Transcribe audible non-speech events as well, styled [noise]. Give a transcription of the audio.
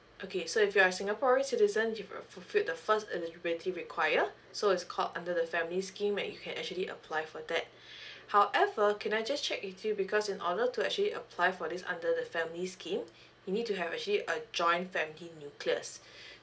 okay so if you are singaporean citizenship you've fulfilled the first eligibility require so is called under the family scheme where you can actually apply for that [breath] however can I just check with you because in order to actually apply for this under the family scheme you need to have actually a joint family nucleus [breath]